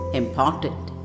important